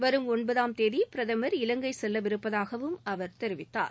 வரும் ஒன்பதாம் தேதி பிரதமர் இலங்கை செல்லவிருப்பதாகவும் அவர் தெரிவித்தார்